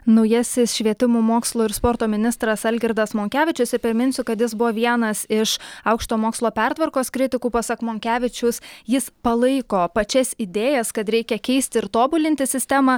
naujasis švietimo mokslo ir sporto ministras algirdas monkevičius ir priminsiu kad jis buvo vienas iš aukšto mokslo pertvarkos kritikų pasak monkevičius jis palaiko pačias idėjas kad reikia keisti ir tobulinti sistemą